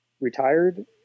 retired